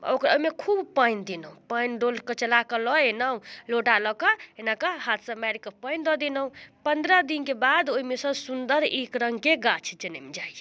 ओकरा ओहिमे खूब पानि देलहुँ पानि डोलके चलाके लऽ अएलहुँ लोटा लऽ कऽ एना कऽ हाथसँ मारिकऽ पानि दऽ देलहुँ पनरह दिनके बाद ओहिमेसँ सुन्दर एकरङ्गके गाछ जनमि जाइए